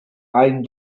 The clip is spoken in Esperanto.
ajn